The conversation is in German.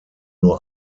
nur